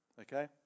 Okay